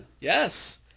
Yes